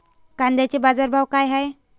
कांद्याचे बाजार भाव का हाये?